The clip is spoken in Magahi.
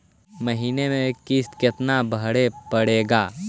महीने में किस्त कितना भरें पड़ेगा?